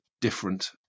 different